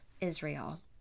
israel